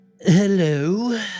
Hello